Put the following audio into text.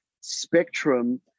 spectrum